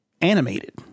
animated